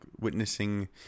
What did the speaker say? witnessing